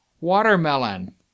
Watermelon